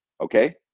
Okay